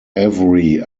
every